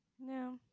No